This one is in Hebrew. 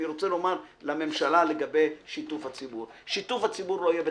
אני רוצה לומר לממשלה לגבי שיתוף הציבור: שיתוף הציבור לא יהיה בתקנות.